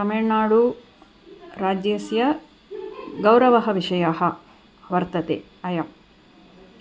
तमिळ्नाडुराज्यस्य गौरवः विषयः वर्तते अयम्